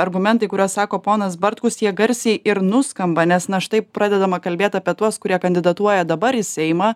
argumentai kuriuos sako ponas bartkus jie garsiai ir nuskamba nes na štai pradedama kalbėti apie tuos kurie kandidatuoja dabar į seimą